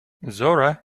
zora